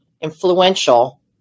influential